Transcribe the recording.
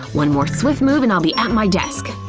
one more swift move and i'll be at my desk!